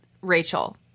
Rachel